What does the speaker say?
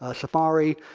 ah safari,